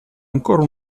ancora